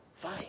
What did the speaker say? Fine